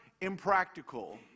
impractical